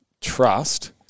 trust